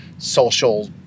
social